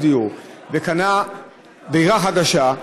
(תיקון, דירת מגורים יחידה),